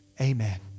amen